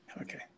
Okay